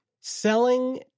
selling